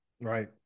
right